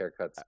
haircuts